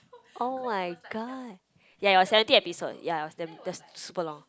[oh]-my-god ya got seventy episode ya it was damn that's super long